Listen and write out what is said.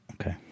okay